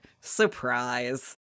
Surprise